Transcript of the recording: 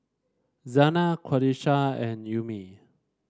Zaynab Qalisha and Ummi